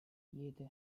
yedi